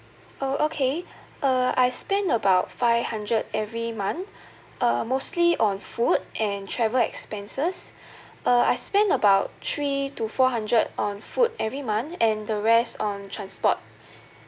oh okay uh I spend about five hundred every month uh mostly on food and travel expenses uh I spend about three to four hundred on food every month and the rest on transport